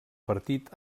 partit